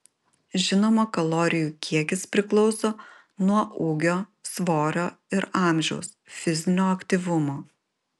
žinoma kalorijų kiekis priklauso nuo ūgio svorio ir amžiaus fizinio aktyvumo